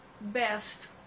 best